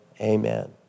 amen